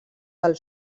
del